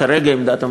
כרגע עמדת הממשלה,